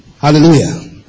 Hallelujah